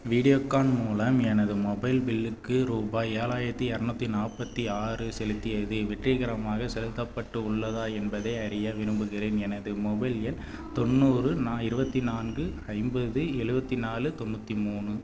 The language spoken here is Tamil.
வீடியோகான் மூலம் எனது மொபைல் பில்லுக்கு ரூபாய் ஏழாயிரத்தி இரநூத்தி நாற்பத்தி ஆறு செலுத்தியது வெற்றிகரமாக செலுத்தப்பட்டு உள்ளதா என்பதை அறிய விரும்புகிறேன் எனது மொபைல் எண் தொண்ணூறு இருபத்தி நான்கு ஐம்பது எழுவத்தி நாலு தொண்ணூற்றி மூணு